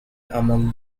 among